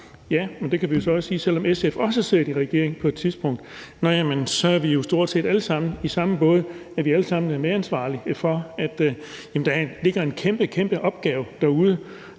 Ja, det kan vi jo så også sige, selv om SF også har siddet i regering på et tidspunkt. Vi er jo stort set alle sammen i samme båd. Vi er alle sammen medansvarlige, i forhold til at der ligger en kæmpe, kæmpe opgave derude,